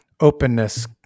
openness